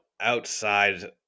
outside